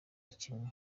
kimwe